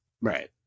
Right